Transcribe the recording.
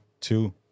two